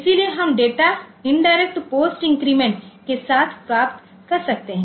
इसलिए हम data indirect post increment के साथ प्राप्त कर सकते हैं